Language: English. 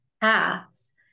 paths